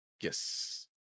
yes